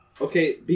Okay